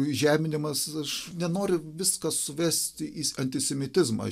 žeminimas aš nenoriu viską suvesti į antisemitizmą